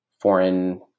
foreign